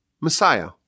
Messiah